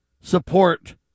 support